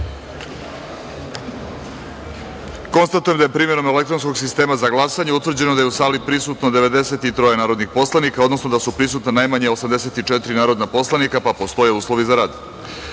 sistema. Konstatujem da je, primenom elektronskog sistema za glasanje, utvrđeno da je u sali prisutno 93 narodnih poslanika, odnosno da su prisutna najmanje 84 narodna poslanika i da postoje uslovi za rad